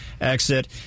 exit